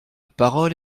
parole